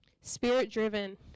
Spirit-driven